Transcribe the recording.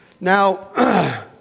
now